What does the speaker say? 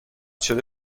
شده